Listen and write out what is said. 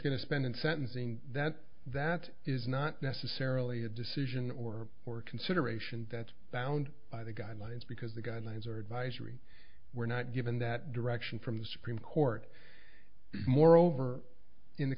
going to spend in sentencing that that is not necessarily a decision or for consideration that's bound by the guidelines because the guidelines are advisory were not given that direction from the supreme court moreover in the